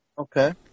Okay